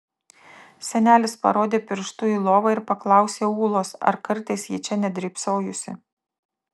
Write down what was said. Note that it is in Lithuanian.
senelis parodė pirštu į lovą ir paklausė ūlos ar kartais ji čia nedrybsojusi